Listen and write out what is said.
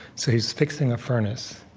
so, he's fixing a furnace,